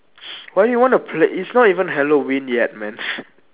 why you wanna play it's not even halloween yet man